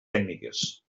tècniques